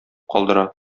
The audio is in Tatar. калдыра